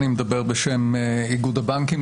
אדבר בשם איגוד הבנקים.